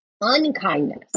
unkindness